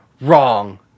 Wrong